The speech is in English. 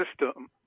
system